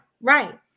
Right